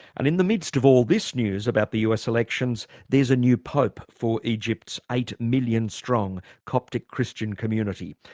and in the midst of all this news about the us elections, there's a new pope for egypt's eight million strong coptic christian community.